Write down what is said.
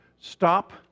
Stop